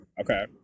Okay